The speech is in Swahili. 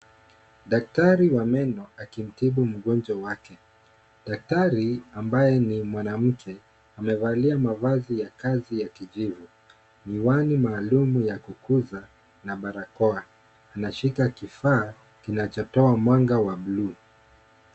Daktari wa meno akimtibu mgonjwa wake. Daktari, ambaye ni mwanamke amevalia mavazi ya kazi ya kijivu, miwani maalumu ya kukuza na barakoa. Anashika kifaa kinachotoa mwanga wa buluu.